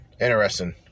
Interesting